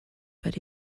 but